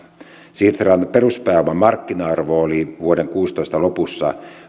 sitran peruspääoman markkina arvo oli vuoden kaksituhattakuusitoista lopussa